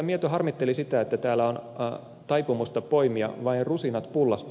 mieto harmitteli sitä että täällä on taipumusta poimia vain rusinat pullasta